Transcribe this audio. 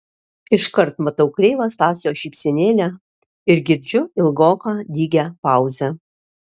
iškart matau kreivą stasio šypsenėlę ir girdžiu ilgoką dygią pauzę